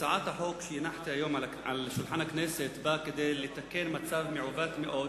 הצעת החוק שהנחתי על שולחן הכנסת נועדה לתקן מצב מעוות מאוד,